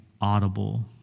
audible